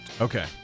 Okay